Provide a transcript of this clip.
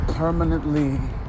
Permanently